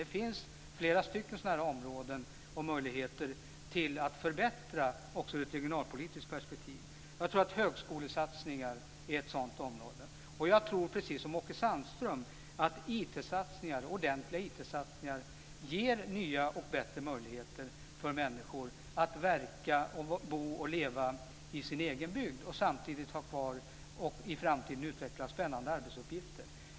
Det finns flera stycken sådana områden och möjligheter att förbättra också ur ett regionalpolitiskt perspektiv. Jag tror att högskolesatsningar är ett sådant område. Jag tror, precis som Åke Sandström, att ordentliga IT-satsningar ger nya och bättre möjligheter för människor att verka, bo och leva i sin egen bygd och samtidigt utveckla nya spännande arbetsuppgifter i framtiden.